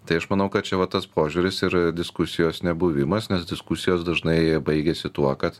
tai aš manau kad čia va tas požiūris ir diskusijos nebuvimas nes diskusijos dažnai baigiasi tuo kad